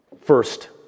First